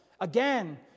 Again